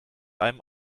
einem